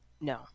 No